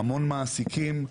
המון מעסיקים,